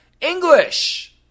English